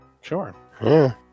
sure